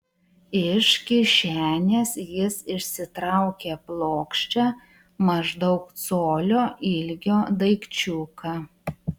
iš kišenės jis išsitraukė plokščią maždaug colio ilgio daikčiuką